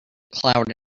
cloud